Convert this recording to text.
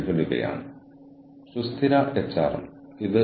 ഇരുവശത്തുനിന്നും വൈകാരിക വലിവുകൾ